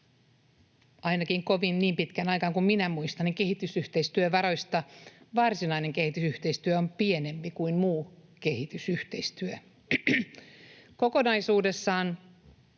ainakin niin pitkään aikaan kuin minä muistan kehitysyhteistyövaroista varsinainen kehitysyhteistyö on pienempi kuin muu kehitysyhteistyö. Kokonaisuudessaan